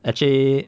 actually